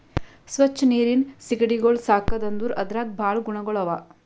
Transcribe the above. ಸ್ವಚ್ ನೀರಿನ್ ಸೀಗಡಿಗೊಳ್ ಸಾಕದ್ ಅಂದುರ್ ಅದ್ರಾಗ್ ಭಾಳ ಗುಣಗೊಳ್ ಅವಾ